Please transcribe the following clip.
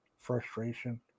frustration